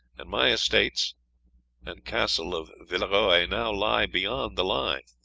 and my estates and castle of villeroy now lie beyond the line,